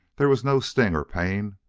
there was no sting or pain,